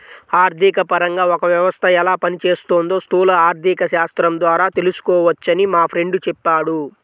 ఆర్థికపరంగా ఒక వ్యవస్థ ఎలా పనిచేస్తోందో స్థూల ఆర్థికశాస్త్రం ద్వారా తెలుసుకోవచ్చని మా ఫ్రెండు చెప్పాడు